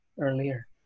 earlier